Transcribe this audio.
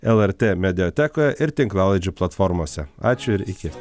lrt mediatekoje ir tinklalaidžių platformose ačiū ir iki